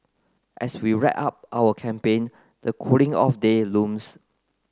as we wrap up our campaign the cooling off day looms